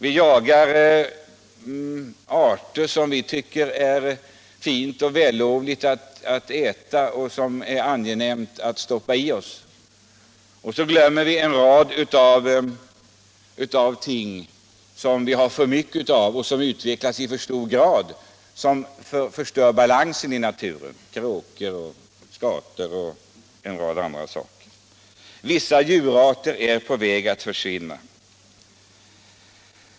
Vi jagar arter som vi tycker det är fint och vällovligt att äta och även angenämt att stoppa i oss. Och då glömmer vi arter som det är för gott om och som utvecklas i för hög grad, vilket förstör balansen i naturen; t.ex. kråkor, skator, etc. Vissa djurarter är på väg att försvinna.